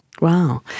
Wow